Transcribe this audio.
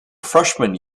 freshman